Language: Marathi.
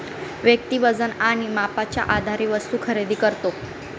व्यक्ती वजन आणि मापाच्या आधारे वस्तू खरेदी करतो